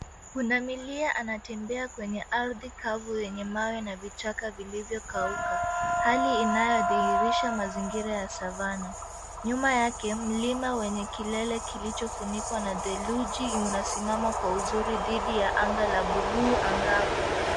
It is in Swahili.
Pundamilia anatembea kwenye ardhi kavu yenye mawe na vichaka vilivyokauka, hali inayodhihirisha mazingira ya savana. Nyuma yake, milima wenye kilele kilichofunikwa na theluji unasimama kwa uzuri dhidi ya anga la buluu angavu.